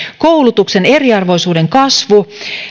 koulutuksen eriarvoisuuden kasvu